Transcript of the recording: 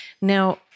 Now